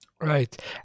Right